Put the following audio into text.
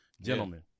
Gentlemen